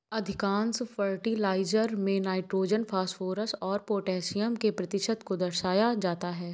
अधिकांश फर्टिलाइजर में nitrogen, phosphorus और पौटेशियम के प्रतिशत को दर्शाया जाता है